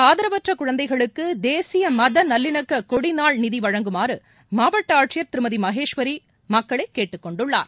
ஆதரவற்றகுழந்தைகளுக்குதேசியமதநல்லிணக்கொடிநாள் நிதிவழங்குமாறுமாவட்டஆட்சியர் திருமதிமகேஸ்வரிமக்களைகேட்டுக்கொண்டுள்ளார்